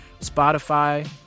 Spotify